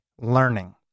learning